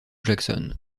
jackson